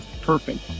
perfect